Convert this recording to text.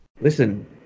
listen